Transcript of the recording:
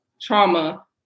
trauma